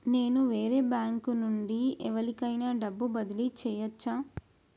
నేను వేరే బ్యాంకు నుండి ఎవలికైనా డబ్బు బదిలీ చేయచ్చా?